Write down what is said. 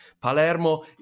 Palermo